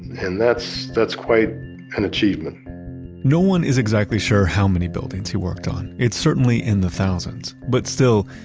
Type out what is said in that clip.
and that's that's quite an achievement no one is exactly sure how many buildings he worked on. it's certainly in the thousands, but still,